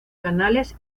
canales